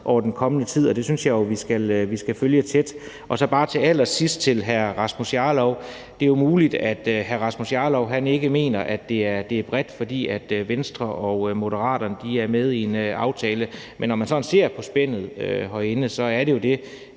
i den kommende tid, og det synes jeg jo at vi skal følge tæt. Så vil jeg bare til allersidst sige til hr. Rasmus Jarlov, at det er muligt, at han ikke mener, at det er bredt, fordi Venstre og Moderaterne er med i en aftale, men når man ser på spændet herinde, så kalder vi det